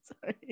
sorry